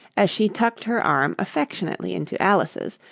as she tucked her arm affectionately into alice's,